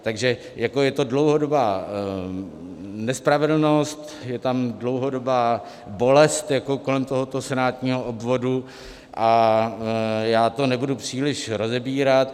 Takže je to dlouhodobá nespravedlnost, je tam dlouhodobá bolest kolem tohoto senátního obvodu a já to nebudu příliš rozebírat.